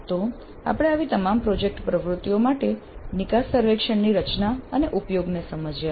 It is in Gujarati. તો આપણે આવી તમામ પ્રોજેક્ટ પ્રવૃત્તિઓ માટે નિકાસ સર્વેક્ષણની રચના અને ઉપયોગને સમજ્યા